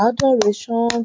Adoration